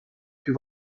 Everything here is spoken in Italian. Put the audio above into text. più